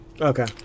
Okay